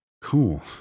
Cool